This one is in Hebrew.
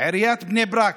עיריית בני ברק,